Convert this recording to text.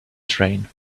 train